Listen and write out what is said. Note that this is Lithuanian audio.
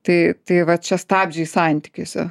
tai tai va čia stabdžiai santykiuose